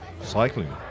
cycling